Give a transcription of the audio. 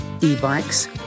e-bikes